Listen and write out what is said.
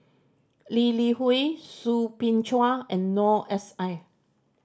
Lee Li Hui Soo Bin Chua and Noor S I